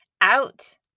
out